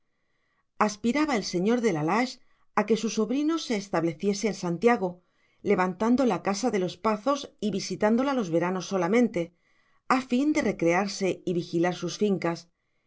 aspiraba el señor de la lage a que su sobrino se estableciese en santiago levantando la casa de los pazos y visitándola los veranos solamente a fin de recrearse y vigilar sus fincas